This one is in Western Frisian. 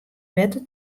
wetter